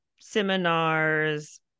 seminars